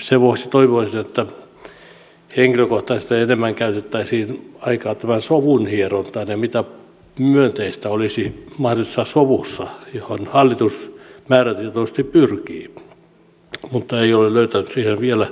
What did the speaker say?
sen vuoksi toivoisin henkilökohtaisesti että enemmän käytettäisiin aikaa tämän sovun hierontaan ja siihen mitä myönteistä olisi mahdollisessa sovussa johon hallitus määrätietoisesti pyrkii mutta johon ei ole löytänyt vielä